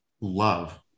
Love